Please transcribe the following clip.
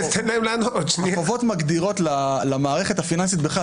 והחובות מגדירים למערכת הפיננסית בכלל,